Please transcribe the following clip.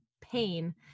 pain